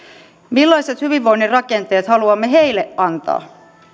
millaiset hyvinvoinnin rakenteet haluamme heille antaa